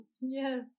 yes